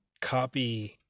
copy